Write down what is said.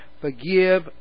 forgive